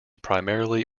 primarily